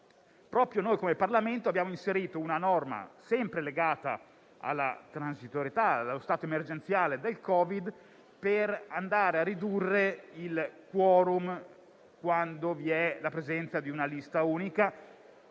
mese fa. In Parlamento abbiamo inserito una norma, sempre legata alla transitorietà e allo stato emergenziale del Covid, per ridurre il *quorum* quando vi è la presenza di una lista unica,